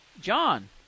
John